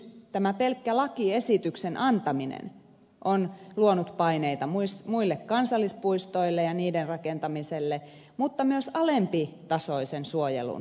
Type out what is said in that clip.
tämä pelkkä lakiesityksen antaminen on luonut paineita muille kansallispuistoille ja niiden rakentamiselle mutta myös alempitasoisen suojelun paikoille